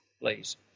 please